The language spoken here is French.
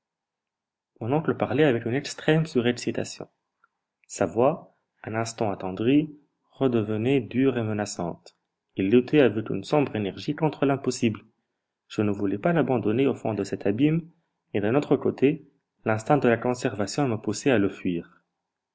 mon oncle parlait avec une extrême surexcitation sa voix un instant attendrie redevenait dure et menaçante il luttait avec une sombre énergie contre l'impossible je ne voulais pas l'abandonner au fond de cet abîme et d'un autre côté l'instinct de la conservation me poussait à le fuir